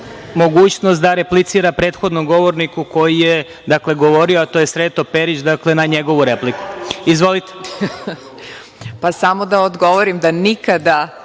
mogućnost da replicira prethodnom govorniku koji je govorio, a to je Sreto Perić, dakle na njegovu repliku. Izvolite. **Zorana Mihajlović** Samo da odgovorim da nikada